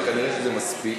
וכנראה שזה מספיק.